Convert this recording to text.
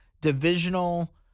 divisional